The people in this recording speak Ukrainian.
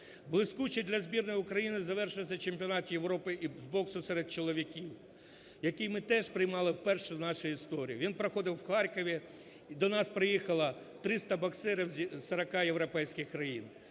Блискуче для збірної України завершився Чемпіонат Європи з боксу серед чоловіків, який ми теж приймали вперше в нашій історії. Він проходив у Харкові, до нас приїхало 300 боксерів з сорока європейських країн.